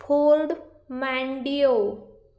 Ford Mondeo